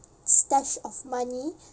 stash of money